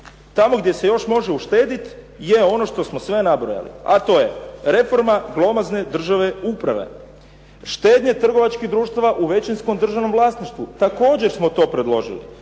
tamo gdje se još može uštedjeti je ono što smo sve nabrojali a to je reforma glomazne državne uprave, štednje trgovačkih društava u većinskom državnom vlasništvu. Također smo to predložili.